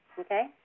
okay